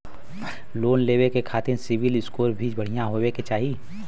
Loan लेवे के खातिन सिविल स्कोर भी बढ़िया होवें के चाही?